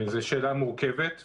זו שאלה מורכבת,